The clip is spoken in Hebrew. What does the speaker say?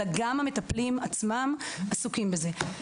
אלא גם המטפלים עצמם עסוקים בזה.